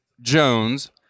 jones